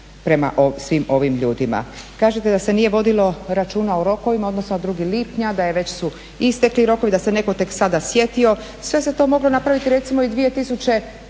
prema svim ovim ljudima. Kažete da se nije vodila računa o rokovima, odnosno 2. lipnja da već su istekli rokovi, da se netko tek sada sjetio. Sve se to moglo napraviti recimo i 2011.